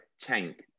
tank